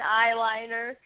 eyeliner